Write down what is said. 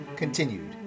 Continued